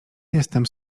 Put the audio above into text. jestem